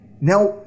Now